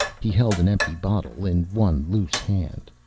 he held an empty bottle in one loose hand.